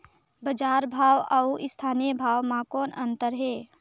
बजार भाव अउ स्थानीय भाव म कौन अन्तर हे?